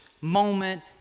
moment